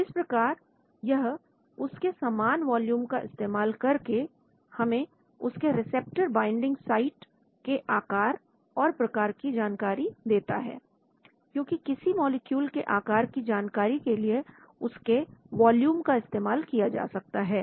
इस प्रकार यह उसके समान वॉल्यूम का इस्तेमाल करके हमें उसके रिसेप्टर बाइंडिंग साइट के आकार और प्रकार की जानकारी देता है क्योंकि किसी मॉलिक्यूल के आकार की जानकारी के लिए उसके वॉल्यूम का इस्तेमाल किया जा सकता है